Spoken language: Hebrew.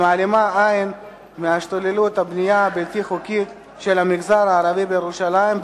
המעלימה עין מהשתוללות הבנייה הבלתי-חוקית של המגזר הערבי בירושלים,